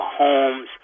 Mahomes